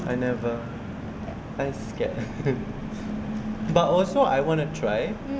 I have never I am scared but also I want to try